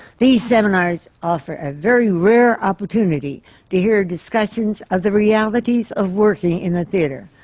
these seminars offer a very rare opportunity to hear discussions of the realities of working in the theatre,